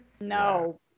No